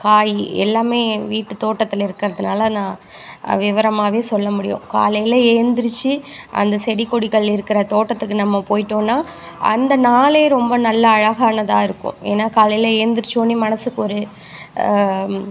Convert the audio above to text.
காய் எல்லாமே வீட்டு தோட்டத்தில் இருக்கிறதுனால நான் விவரமாகவே சொல்ல முடியும் காலையில் எல்ந்துருச்சி அந்த செடிகொடிகள் இருக்கிற தோட்டத்துக்கு நம்ம போயிட்டோம்னா அந்த நாளே ரொம்ப நல்லா அழகானதாக இருக்கும் ஏன்னா காலையில் எந்துருச்சோன்னே மனதுக்கு ஒரு